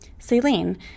Celine